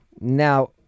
Now